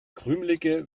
krümelige